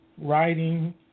writing